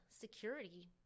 security